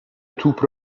توپ